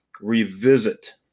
revisit